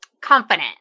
confident